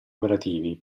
operativi